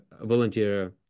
volunteer